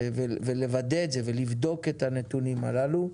ולוודא את זה ולבדוק את הנתונים הללו.